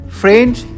Friends